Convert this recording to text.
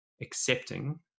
accepting